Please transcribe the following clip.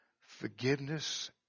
forgiveness